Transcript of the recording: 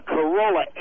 Corolla